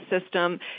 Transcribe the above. system